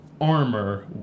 armor